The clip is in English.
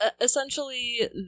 essentially